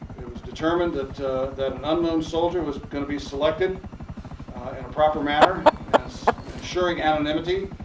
it was determined that that an unknown soldier was going to be selected in a proper manner as insuring anonymity,